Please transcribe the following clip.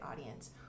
audience